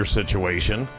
situation